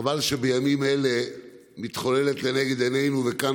חבל שבימים אלה מתחוללת לנגד עינינו וכאן